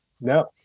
No